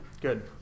Good